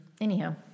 Anyhow